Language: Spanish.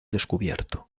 descubierto